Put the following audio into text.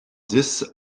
dix